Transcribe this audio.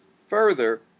Further